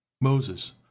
Moses